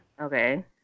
Okay